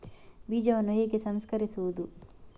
ಬೀಜವನ್ನು ಹೇಗೆ ಸಂಸ್ಕರಿಸುವುದು?